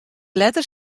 letter